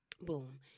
Boom